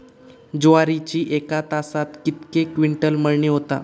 ज्वारीची एका तासात कितके क्विंटल मळणी होता?